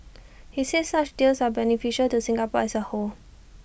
he said such deals are beneficial to Singapore as A whole